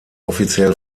offiziell